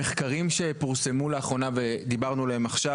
המחקרים שפורסמו לאחרונה ודיברנו עליהם עכשיו,